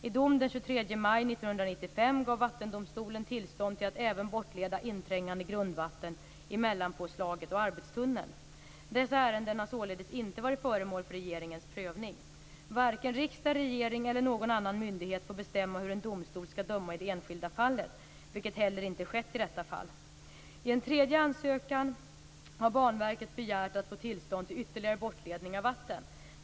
I dom den 23 maj 1995 gav Vattendomstolen tillstånd till att även bortleda inträngande grundvatten i mellanpåslaget och arbetstunneln. Dessa ärenden har således inte varit föremål för regeringens prövning. Varken riksdag, regering eller någon annan myndighet får bestämma hur en domstol skall döma i det enskilda fallet, vilket heller inte skett i detta fall. I en tredje ansökan har Banverket begärt att få tillstånd till ytterligare bortledning av vatten.